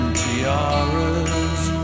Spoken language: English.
tiaras